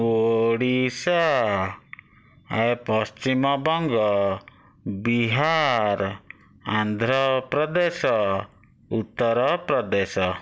Odisha ଏ Paschimbanga Bihar Andhra Pradesh Uttar Pradesh